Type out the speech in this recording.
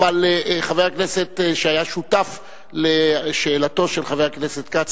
אבל חבר הכנסת שהיה שותף לשאלתו של חבר הכנסת כץ,